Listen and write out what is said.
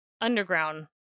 underground